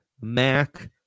Mac